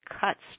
cuts